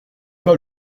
pas